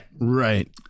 Right